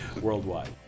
Worldwide